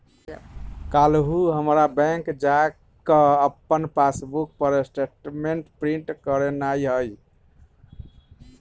काल्हू हमरा बैंक जा कऽ अप्पन पासबुक पर स्टेटमेंट प्रिंट करेनाइ हइ